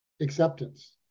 acceptance